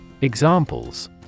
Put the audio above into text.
Examples